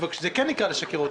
זה נקרא לשקר.